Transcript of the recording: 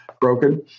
broken